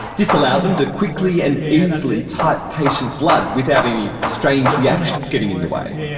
this allows them to quickly and easily type patient blood without any strange reactions getting in the way.